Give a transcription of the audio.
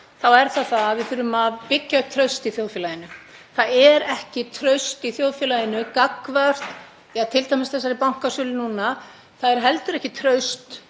þá er það það að við þurfum að byggja upp traust í þjóðfélaginu. Það er ekki traust í þjóðfélaginu gagnvart t.d. þessari bankasölu núna. Það er heldur ekki traust